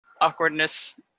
awkwardness